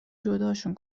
جداشون